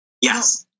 Yes